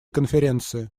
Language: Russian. конференции